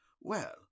Well